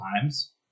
times